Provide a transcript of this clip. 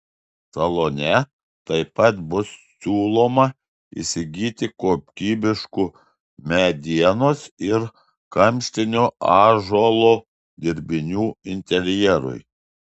salone taip pat bus siūloma įsigyti kokybiškų medienos ir kamštinio ąžuolo dirbinių interjerui